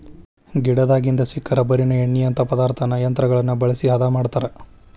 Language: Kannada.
ಗಿಡದಾಗಿಂದ ಸಿಕ್ಕ ರಬ್ಬರಿನ ಎಣ್ಣಿಯಂತಾ ಪದಾರ್ಥಾನ ಯಂತ್ರಗಳನ್ನ ಬಳಸಿ ಹದಾ ಮಾಡತಾರ